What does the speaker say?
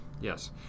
yes